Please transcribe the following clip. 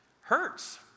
hurts